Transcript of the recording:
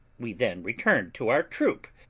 we then returned to our troop,